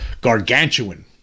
gargantuan